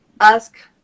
ask